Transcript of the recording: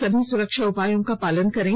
सभी सुरक्षा उपायों का पालन करें